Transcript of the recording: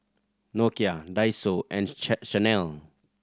Nokia Daiso and Chanel